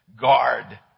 guard